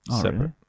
separate